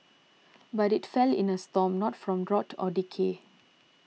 but it fell in a storm not from rot or decay